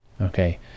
Okay